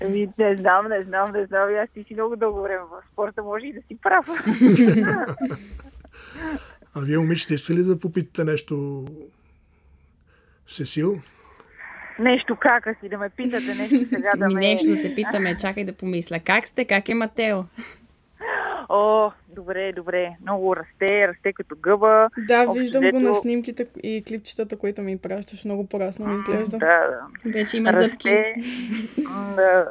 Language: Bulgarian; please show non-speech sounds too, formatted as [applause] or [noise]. Ами, не знам, не знам, не знам. Аз ти си много дълго време в спорта, може и да си прав. [laughs] [laughs] А вие, момичета, искате ли да попитате нещо? Сесил? Нещо, кака си, да ме питате нещо сега, да Ми, ме- нещо да те питаме. [laughs] Чакай да помисля. Как сте? Как е Матео? [laughs] О, добре, добре. Много расте, расте като гъба. Да, Общо виждам го на взето- снимките и клипчетата, които ми пращаш. Много порасна ми М, изглежда. да, да. Вече има Расте. [laughs] зъбки. М, да,